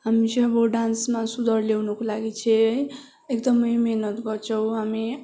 हामी चाहिँ अब डान्समा सुधार ल्याउनुको लागि चाहिँ है एकदमै मेहनत गर्छौँ हामी